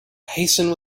hasten